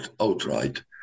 outright